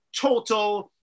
total